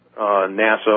NASA